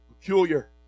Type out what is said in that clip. peculiar